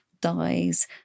dies